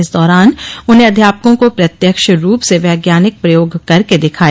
इस दौरान उन्होंने अध्यापकों को प्रत्यक्ष रूप से वैज्ञानिक प्रयोग करके दिखाए